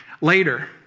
Later